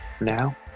now